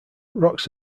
rocks